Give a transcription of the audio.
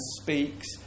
speaks